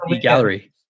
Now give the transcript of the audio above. gallery